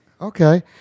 Okay